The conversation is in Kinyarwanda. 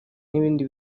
n’ibindi